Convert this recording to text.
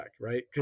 right